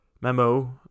memo